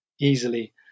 easily